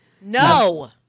No